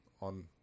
on